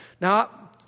Now